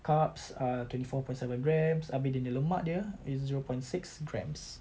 carbs err twenty four point seven grams habis dia punya lemak dia is zero point six grams